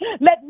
Let